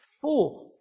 Fourth